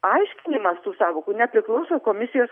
aiškinimas tų sąvokų nepriklauso komisijos